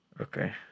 Okay